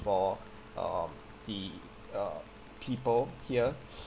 for um the uh people here